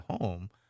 home